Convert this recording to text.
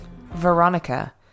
Veronica